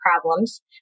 problems